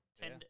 Ten